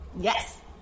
Yes